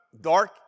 dark